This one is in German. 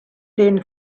den